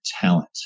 talent